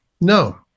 No